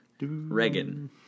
Reagan